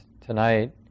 tonight